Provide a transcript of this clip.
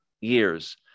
years